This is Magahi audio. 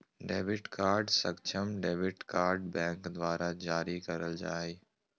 डेबिट कार्ड सक्षम डेबिट कार्ड बैंक द्वारा जारी करल जा हइ